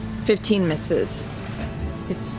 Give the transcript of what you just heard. fifteen misses it.